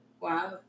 Wow